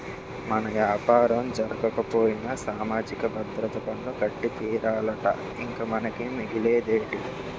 మన యాపారం జరగకపోయినా సామాజిక భద్రత పన్ను కట్టి తీరాలట ఇంక మనకి మిగిలేదేటి